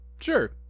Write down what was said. Sure